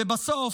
ובסוף,